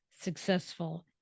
successful